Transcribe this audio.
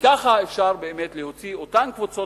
וככה אפשר באמת להוציא את אותן קבוצות